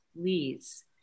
please